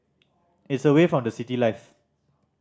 it's away from the city life